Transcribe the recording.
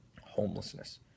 homelessness